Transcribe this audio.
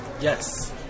yes